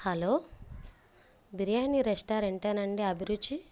hello biryani రెస్టారెంటేనండి అభిరుచి